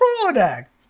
product